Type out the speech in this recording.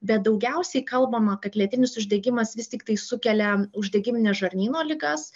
bet daugiausiai kalbama kad lėtinis uždegimas vis tiktai sukelia uždegimines žarnyno ligas